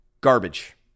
Garbage